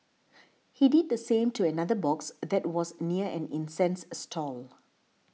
he did the same to another box that was near an incense stall